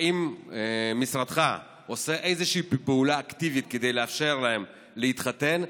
האם משרדך עושה איזושהי פעולה אקטיבית כדי לאפשר להם להתחתן?